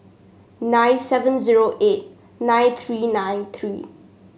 nine seven zero eight nine three nine three